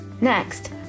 Next